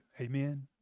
amen